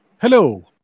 Hello